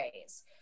ways